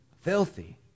filthy